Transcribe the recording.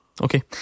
Okay